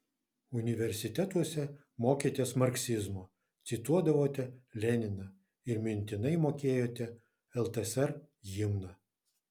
universitetuose mokėtės marksizmo cituodavote leniną ir mintinai mokėjote ltsr himną